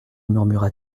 murmura